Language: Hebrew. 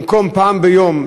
במקום פעם ביום,